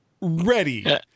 ready